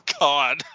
God